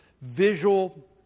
visual